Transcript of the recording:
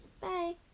bye